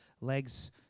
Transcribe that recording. legs